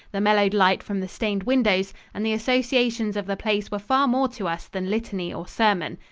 the mellowed light from the stained windows, and the associations of the place were far more to us than litany or sermon.